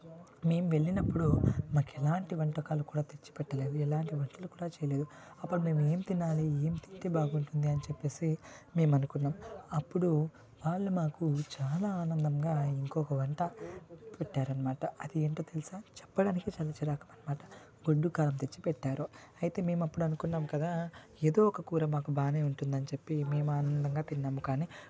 మేము వెళ్ళినప్పుడు మాకు ఎలాంటి వంటకాలు కూడా తెచ్చి పెట్టలేదు ఎలాంటి వంటలు కూడా చేయలేదు అప్పుడు మేము ఏం తినాలి ఏం తింటే బాగుంటుంది అని చెప్పేసి మేము అనుకున్నాం అప్పుడు వాళ్ళు మాకు చాలా ఆనందంగా ఇంకొక వంట పెట్టారు అన్నమాట అది ఏంటో తెలుసా చెప్పడానికే చిరాకు అన్నమాట గొడ్డుకారం తెచ్చిపెట్టారు అయితే మేము అప్పుడు అనుకున్నాం కదా ఏదో ఒక కూర మాకు బాగానే ఉంటుంది అని చెప్పి మేము ఆనందంగా తిన్నాము కానీ